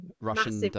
Russian